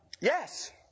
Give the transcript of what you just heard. yes